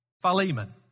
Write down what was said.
Philemon